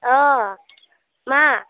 अ मा